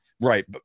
right